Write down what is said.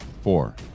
four